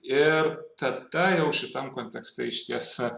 ir tada jau šitam kontekste išties